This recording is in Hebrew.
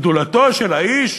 גדולתו של האיש,